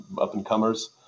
up-and-comers